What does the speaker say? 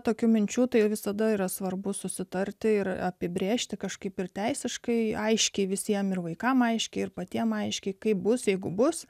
tokių minčių tai visada yra svarbu susitarti ir apibrėžti kažkaip ir teisiškai aiškiai visiems ir vaikams aiškiai ir patiems aiškiai kaip bus jeigu bus